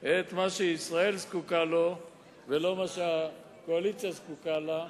מה שישראל זקוקה לו ולא מה שהקואליציה זקוקה לו,